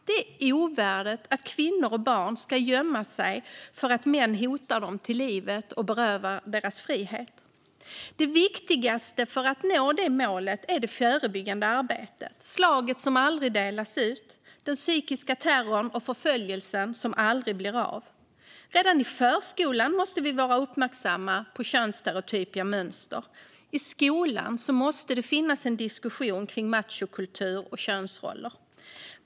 Det är ovärdigt att kvinnor och barn ska gömma sig för att män hotar dem till livet och berövar dem deras frihet. Det viktigaste för att nå detta mål är det förebyggande arbetet - slaget som aldrig delas ut, den psykiska terrorn och förföljelsen som aldrig blir av. Redan i förskolan måste vi vara uppmärksamma på könsstereotypa mönster. I skolan måste det finnas en diskussion kring machokultur och könsroller.